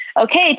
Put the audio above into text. okay